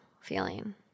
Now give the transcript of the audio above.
feeling